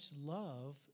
love